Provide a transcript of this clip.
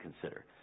consider